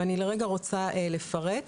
אני לרגע רוצה לפרט.